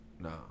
no